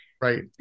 right